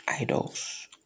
idols